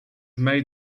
made